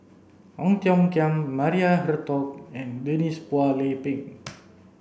Ong Tiong Khiam Maria Hertogh and Denise Phua Lay Peng